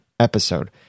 episode